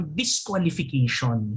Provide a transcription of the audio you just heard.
disqualification